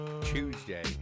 Tuesday